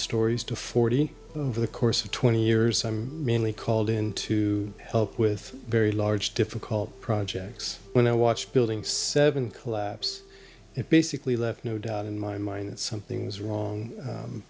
stories to forty for the course of twenty years i'm mainly called in to help with very large difficult projects when i watched building seven collapse it basically left no doubt in my mind something was wrong